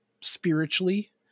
spiritually